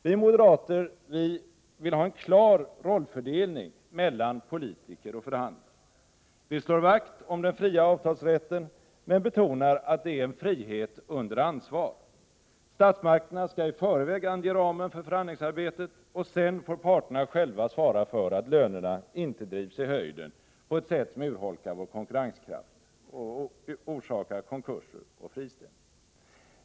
Vi moderater vill ha en klar rollfördelning mellan politiker och förhandlare. Vi slår vakt om den fria avtalsrätten, men betonar att det är en frihet under ansvar. Statsmakterna skall i förväg ange ramen för förhandlingsarbetet, och sedan får parterna själva svara för att lönerna inte drivs i höjden på ett sätt som urholkar vår konkurrenskraft och orsakar konkurser och friställningar.